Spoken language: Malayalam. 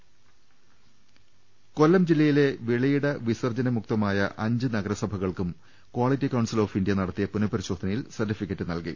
രദേവ്ട്ട്ട്ട്ട്ട്ട കൊല്ലം ജില്ലയിലെ വെളിയിട വിസർജ്ജന്രമുക്തമായ അഞ്ച് നഗരസഭകൾക്കും ക്വാളിറ്റി കൌൺസിൽ ഓഫ് ഇന്ത്യ നടത്തിയ പുനപരിശോധനയിൽ സർട്ടിഫിക്കറ്റ് നൽകി